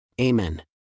Amen